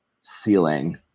ceiling